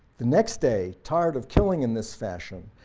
the next day, tired of killing in this fashion,